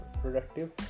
productive